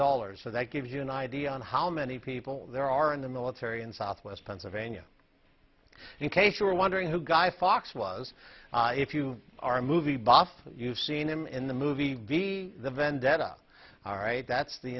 dollars so that gives you an idea on how many people there are in the military in southwest pennsylvania in case you're wondering who guy fawkes was if you are a movie boss that you've seen him in the movie be the vendetta all right that's the